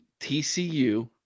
TCU